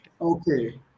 Okay